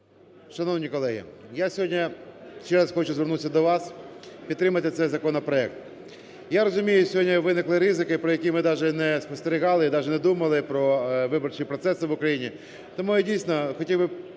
Шановні колеги, я сьогодні ще раз хочу звернутися до вас підтримати цей законопроект. Я розумію, сьогодні виникли ризики, про які ми даже не спостерігали і даже не думали про виборчі процеси в Україні,